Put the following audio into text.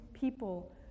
people